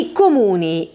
comuni